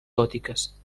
gòtiques